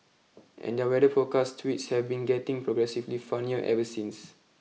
and their weather forecast tweets have been getting progressively funnier ever since